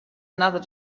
another